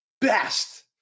best